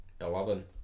Eleven